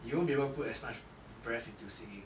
you won't be able to put as much breath into singing